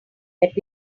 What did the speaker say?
that